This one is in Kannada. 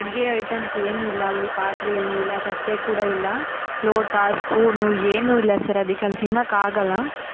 ಅಡಿಗೆ ಐಟಮ್ಸ್ ಏನೂ ಇಲ್ಲ ಅಲ್ಲಿ ಪಾತ್ರೆ ಏನೂ ಇಲ್ಲ ತಟ್ಟೆ ಕೂಡ ಇಲ್ಲ ಲೋಟ ಸ್ಪೂನು ಏನೂ ಇಲ್ಲ ಸರ್ ಅದಕ್ಕೆ ಅಲ್ಲಿ ತಿನ್ನೋಕ್ ಆಗಲ್ಲ